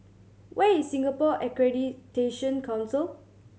where is Singapore Accreditation Council